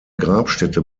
grabstätte